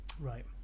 Right